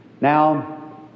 Now